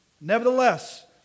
Nevertheless